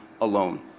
alone